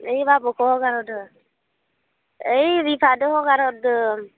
ओइ बाबुखौ हगारहरदों ओइ बिफाजों हगारहरदों